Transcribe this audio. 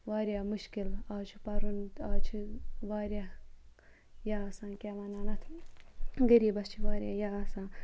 واریاہ مُشکِل آز چھُ پَرُن آز چھُ واریاہ یہِ آسان کیاہ وَنان اَتھ غریٖبَس چھِ واریاہ یہِ آسان